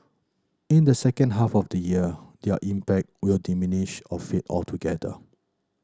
in the second half of the year their impact will diminish or fade altogether